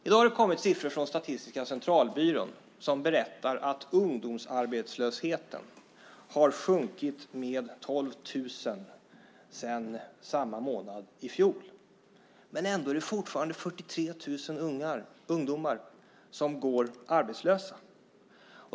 I dag har det kommit siffror från Statistiska centralbyrån som berättar att ungdomsarbetslösheten har sjunkit med 12 000 sedan samma månad i fjol. Ändå är det fortfarande 43 000 ungdomar som går arbetslösa.